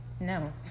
No